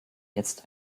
jetzt